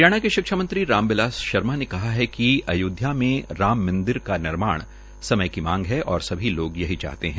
हरियाणा के शिक्षा मंत्री राम बिलास शर्मा ने कहा कि अयोध्या में राम मंदिर का निर्माण समय की मांग है और सभी लोग यही चाहते हैं